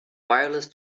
wireless